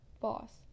boss